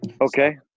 Okay